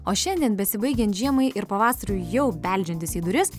o šiandien besibaigiant žiemai ir pavasariui jau beldžiantis į duris